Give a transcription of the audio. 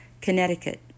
Connecticut